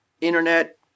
internet